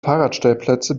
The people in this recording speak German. fahrradstellplätze